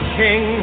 king